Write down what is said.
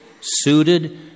suited